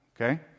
Okay